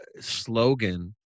slogan